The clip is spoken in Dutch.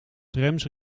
trams